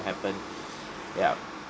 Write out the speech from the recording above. happen ya